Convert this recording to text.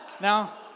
Now